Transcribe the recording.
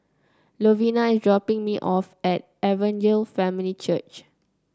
Lovina is dropping me off at Evangel Family Church